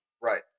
right